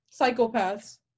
Psychopaths